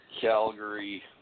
Calgary